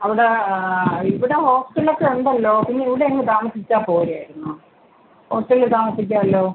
അവിടെ ഇവിടെ ഹോസ്റ്റലൊക്കെ ഉണ്ടല്ലോ പിന്നെ ഇവിടെ അങ്ങ് താമസിച്ചാൽ പോരായിരുന്നോ ഹോസ്റ്റല് താമസിക്കാമല്ലോ